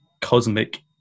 cosmic